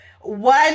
one